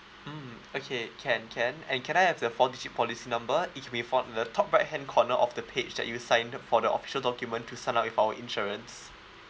mm okay can can and can I have the four digit policy number it may be found at the top right hand corner of the page that you signed up for the official document to sign up with our insurance